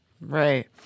Right